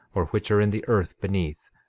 or which are in the earth beneath,